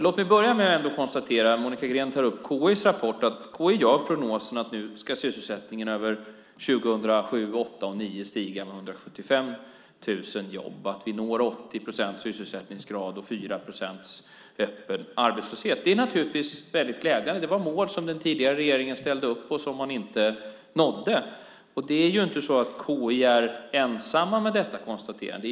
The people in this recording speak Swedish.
Låt mig börja med att konstatera, eftersom Monica Green tar upp KI:s rapport, att enligt KI:s prognos ökar sysselsättningen över 2007, 2008 och 2009 med 175 000 jobb och vi når 80 procents sysselsättningsgrad och 4 procents öppen arbetslöshet. Det är naturligtvis mycket glädjande. Det var mål som den tidigare regeringen ställde upp och som man inte nådde. KI är inte ensamma om detta konstaterande.